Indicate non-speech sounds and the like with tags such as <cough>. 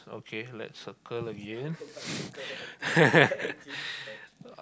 okay let's circle again <breath> <laughs>